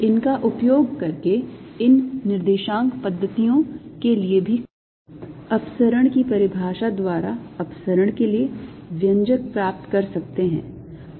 इन का उपयोग करके इन निर्देशांक पद्धतियों के लिए भी कुंतल की परिभाषा द्वारा कुंतल के लिए अपसरण की परिभाषा द्वारा अपसरण के लिए व्यंजक प्राप्त कर सकते हैं